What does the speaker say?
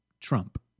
Trump